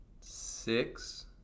six